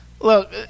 look